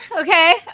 okay